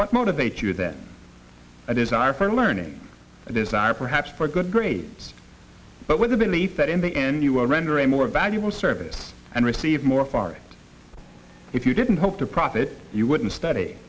what motivates you then a desire for learning and desire perhaps for good grades but with a belief that in the end you will render a more valuable service and receive more for it if you didn't hope to profit you wouldn't study